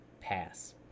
pass